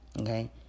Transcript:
Okay